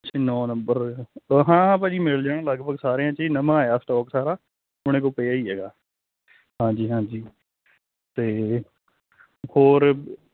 ਨੌ ਨੰਬਰ ਹਾ ਹਾ ਭਾਜੀ ਮਿਲ ਜਾਣਾ ਲਗਭਗ ਸਾਰਿਆਂ 'ਚ ਨਵਾਂ ਆਇਆ ਸਟੋਕ ਸਾਰਾ ਹੁਣ ਪਿਆ ਹੀ ਹੈਗਾ ਹਾਂਜੀ ਹਾਂਜੀ ਤੇ ਹੋਰ